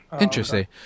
interesting